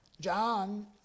John